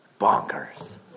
bonkers